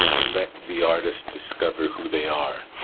let the artist discover who they are,